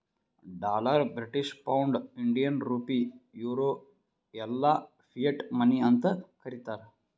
dollar, British pound, Indian rupee, euro ಎಲ್ಲಾ fiat money ಅಂತ್ ಕರೀತಾರ